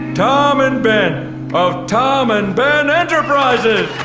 tom and ben of tom and ben enterprises.